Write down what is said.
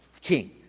king